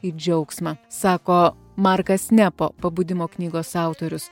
į džiaugsmą sako markas nepo pabudimo knygos autorius